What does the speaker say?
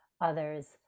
others